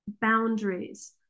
boundaries